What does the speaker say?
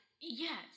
Yes